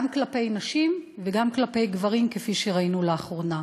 גם כלפי נשים וגם כלפי גברים, כפי שראינו לאחרונה.